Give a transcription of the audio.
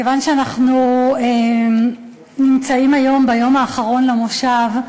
כיוון שאנחנו נמצאים ביום האחרון למושב,